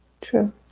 True